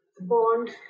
bond